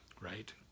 right